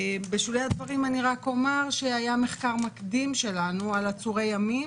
בשולי הדברים אני רק אומר שהיה מחקר מקדים שלנו על עצורי ימים,